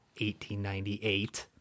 1898